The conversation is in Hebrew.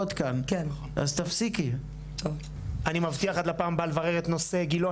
אני מבטיח עד לפעם הבאה לברר עם נושא גילה,